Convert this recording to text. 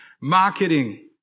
marketing